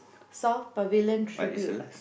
South Pavilion Tribute